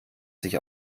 sich